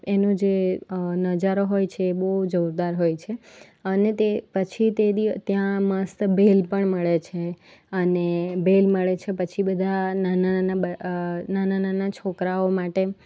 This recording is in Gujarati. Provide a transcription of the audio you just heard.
એનું જે નજારો હોય છે એ બહુ જોરદાર હોય છે અને તે પછી તે દી ત્યાં મસ્ત ભેળ પણ મળે છે અને ભેળ મળે છે પછી બધા નાના નાના બાળ નાના નાના છોકરાઓ માટે